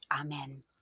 Amen